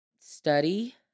study